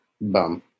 bum